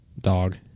Dog